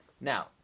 Now